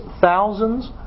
thousands